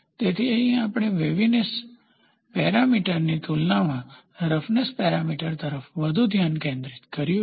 તેથી અહીં આપણે વેવનેસ પેરામીટરની તુલનામાં રફનેસ પેરામીટર તરફ વધુ ધ્યાન કેન્દ્રિત કર્યું છે